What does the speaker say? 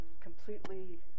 completely